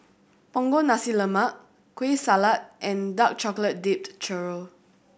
Punggol Nasi Lemak Kueh Salat and dark chocolate dipped churro